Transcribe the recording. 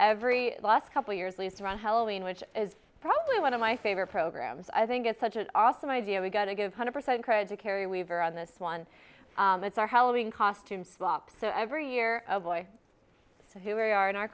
every last couple years lease around halloween which is probably one of my favorite programs i think it's such an awesome idea we got to give hundred percent credit to carry weaver on this one that's our halloween costume swap so every year of boys who are here are in our